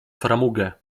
framugę